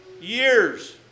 years